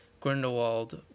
Grindelwald